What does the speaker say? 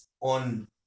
on